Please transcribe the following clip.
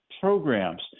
programs